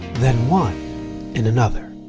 then won in another.